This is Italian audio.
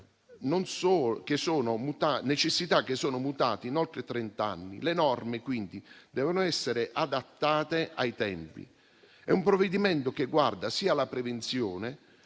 necessità che sono mutate in oltre trent'anni. Le norme, quindi, devono essere adattate ai tempi. È un provvedimento che guarda sia alla prevenzione,